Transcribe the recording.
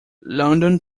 london